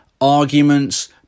arguments